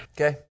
Okay